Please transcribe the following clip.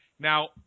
Now